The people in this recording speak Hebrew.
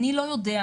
אני לא יודע,